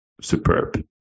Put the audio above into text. superb